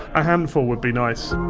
a handful would be nice.